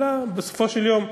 אלא בסופו של יום,